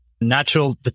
natural